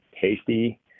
tasty